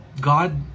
god